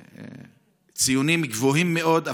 ציונים גבוהים מאוד,